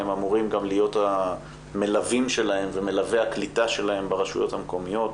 הם אמורים גם להיות המלווים שלהם ומלווי הקליטה שלהם ברשויות המקומיות.